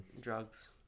Drugs